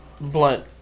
blunt